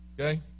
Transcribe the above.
okay